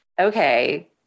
okay